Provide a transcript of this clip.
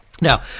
now